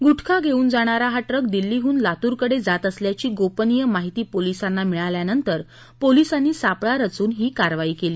गुटखा धेऊन जाणारा हा ट्रक दिल्लीहून लातूरकडे जात असल्याची गोपनीय माहिती पोलिसांना मिळाल्यानंतर पोलिसांनी सापळा रचून ही कारवाई केली